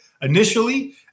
initially